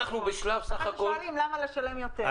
ואחר כך שואלים: למה לשלם יותר?